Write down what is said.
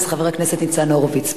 חבר הכנסת ניצן הורוביץ,